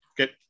okay